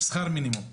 שכר מינימום.